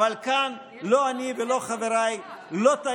אבל כאן לא אני ולא חבריי טעינו.